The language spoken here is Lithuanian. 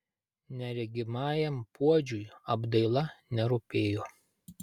neregimajam puodžiui apdaila nerūpėjo